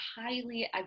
highly